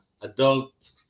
adult